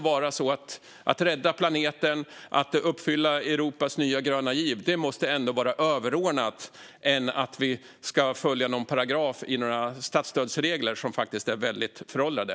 Att rädda planeten och uppfylla Europas nya gröna giv måste ändå vara överordnat att vi ska följa någon paragraf i några statsstödsregler som är väldigt föråldrade.